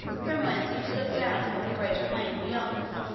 from whence he could look down upon the great plain beyond,